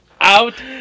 out